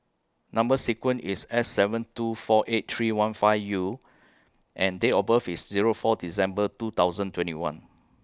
Number sequence IS S seven two four eight three one five U and Date of birth IS Zero four December two thousand twenty one